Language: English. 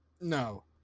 no